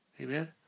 Amen